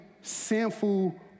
sinful